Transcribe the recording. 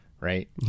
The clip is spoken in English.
right